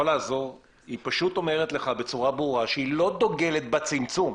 היא פשוט אומרת לך בצורה ברורה שהיא לא דוגלת בצמצום,